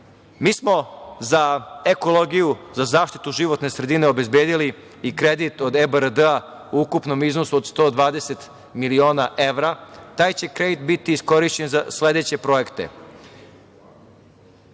smo za ekologiju, za zaštitu životne sredine obezbedili i kredit od EBRD-a u ukupnom iznosu od 120 miliona evra. Taj će kredit biti iskorišćen za sledeće projekte: